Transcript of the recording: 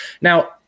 Now